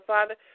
Father